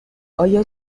آیا